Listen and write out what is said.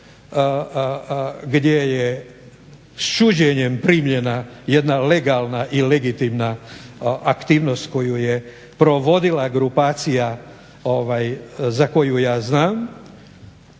gdje je s čuđenjem primljena jedna legalna i legitimna aktivnost koju je provodila grupacija za koju ja znam,